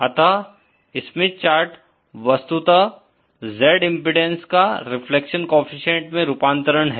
अतः Smith chart वस्तुतः Z impedance का रिफ्लेक्शन कोएफ़िशिएंट में रूपांतरण है